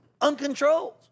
uncontrolled